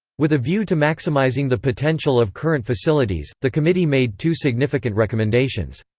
with a view to maximising the potential of current facilities, the committee made two significant recommendations.